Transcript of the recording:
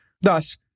Thus